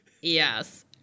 Yes